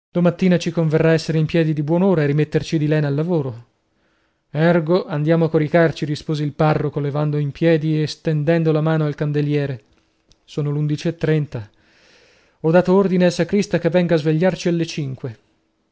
sagrato domattina ci converrà esser in piedi di buon'ora e rimetterci di lena al lavoro ergo andiamo a coricarci rispose il parroco levandosi in piedi e stendendo la mano al candelliere son l'undici e trenta ho dato ordine al sacrista che venga a svegliarci alle cinque